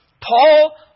Paul